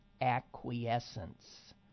acquiescence